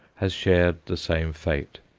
has shared the same fate.